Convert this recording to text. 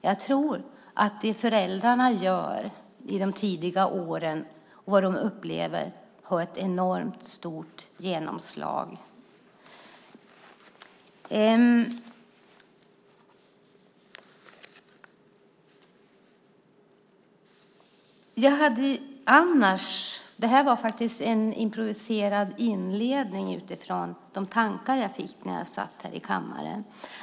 Jag tror att det föräldrarna gör i de tidigare åren och vad barnen upplever har ett enormt stort genomslag. Det här är en improviserad inledning utifrån de tankar jag fick när jag satt i kammaren.